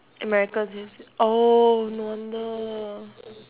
american yes oh no wonder